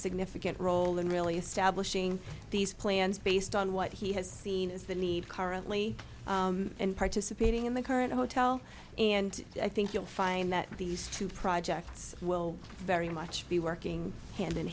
significant role in really establishing these plans based on what he has seen as the need currently in participating in the current hotel and i think you'll find that these two projects will very much be working hand in